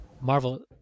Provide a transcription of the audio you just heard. Marvel